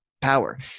power